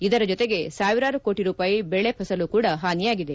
ಇದರ ಜೊತೆಗೆ ಸಾವಿರಾರೂ ಕೋಟ ರೂಪಾಯಿ ಬೆಳೆ ಫಸಲು ಕೂಡ ಹಾನಿಯಾಗಿದೆ